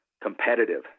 Competitive